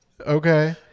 Okay